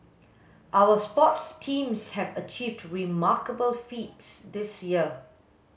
our sports teams have achieved remarkable feats this year